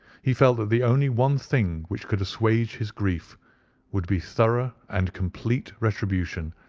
he felt that the only one thing which could assuage his grief would be thorough and complete retribution,